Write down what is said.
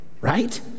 right